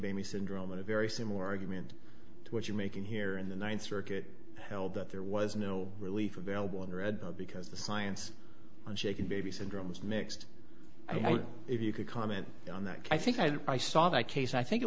baby syndrome a very similar argument what you're making here in the ninth circuit held that there was no relief available in red because the science on shaken baby syndrome was mixed if you could comment on that i think i saw that case i think it